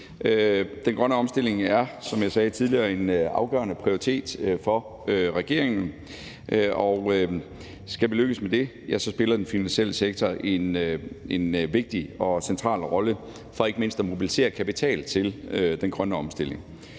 Den grønne omstilling er, som jeg sagde tidligere, en afgørende prioritet for regeringen, og skal vi lykkes med det, spiller den finansielle sektor en vigtig og central rolle for ikke mindst at mobilisere kapital til den grønne omstilling.